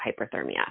hyperthermia